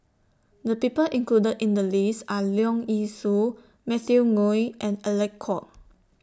The People included in The list Are Leong Yee Soo Matthew Ngui and Alec Kuok